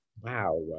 Wow